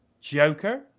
Joker